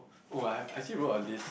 oh I I came over a list